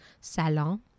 Salon